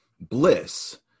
Bliss